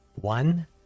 One